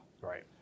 Right